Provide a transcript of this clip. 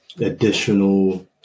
additional